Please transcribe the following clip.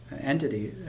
entity